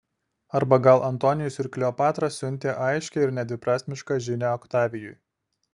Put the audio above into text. arba gal antonijus ir kleopatra siuntė aiškią ir nedviprasmišką žinią oktavijui